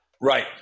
Right